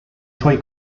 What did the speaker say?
suoi